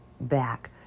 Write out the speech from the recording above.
back